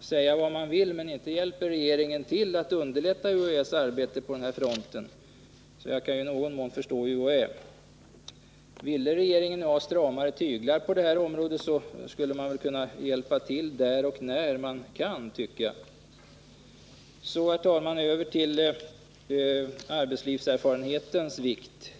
Säga vad man vill, men inte hjälper regeringen till att underlätta UHÄ:s arbete på den här punkten, så jag kan, som sagt, i någon mån förstå UHÄ. Ville regeringen ha stramare tyglar på detta område, borde den hjälpa till där och när den kan. Herr talman! Så över till arbetslivserfarenhetens vikt.